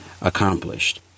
accomplished